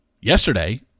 yesterday